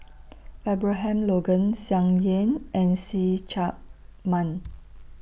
Abraham Logan Tsung Yeh and See Chak Mun